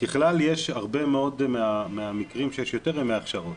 ככלל יש הרבה מאוד מהמקרים שיש יותר ימי הכשרות,